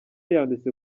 yanditse